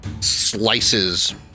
slices